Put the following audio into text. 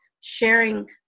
sharing